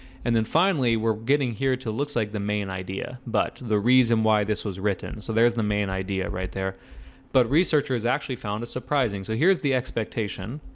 and then finally we're getting here to looks like the main idea but the reason why this was written so there's the main idea right there but researchers actually found it surprising so here's the expectation.